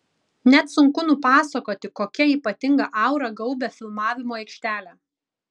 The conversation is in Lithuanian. net sunku nupasakoti kokia ypatinga aura gaubia filmavimo aikštelę